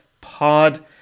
pod